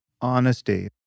honesty